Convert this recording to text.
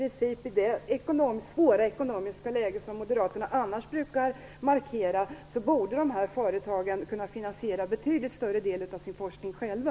I det svåra ekonomiska läget - det brukar Moderaterna annars markera - borde dessa företag kunna finansiera betydligt större del av sin forskning själva.